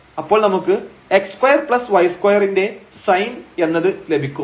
അപ്പോൾ നമുക്ക് x2y2ന്റെ sin എന്നത് ലഭിക്കും